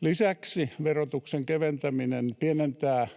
Lisäksi verotuksen keventäminen pienentää,